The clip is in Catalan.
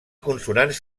consonants